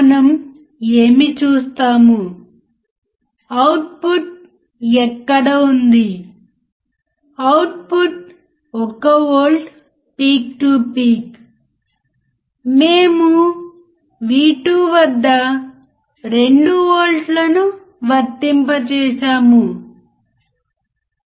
mic లో ఉన్న electronic module నా ద్వారా అది చివరకు స్పీకర్కు బదిలీ చేయబడుతుంది ఇది స్పీకర్ ఇక్కడ ఏ విధమైన సర్క్యూట్ ఇక్కడ ఇన్పుట్ సర్క్యూట్ కావచ్చు మరియు స్పీకర్ వద్ద ఏ రకమైన సర్క్యూట్ అవుట్పుట్ వద్ద ఉంటుంది